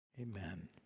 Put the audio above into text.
Amen